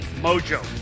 Mojo